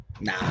nah